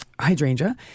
hydrangea